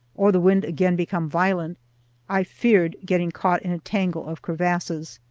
or the wind again become violent i feared getting caught in a tangle of crevasses.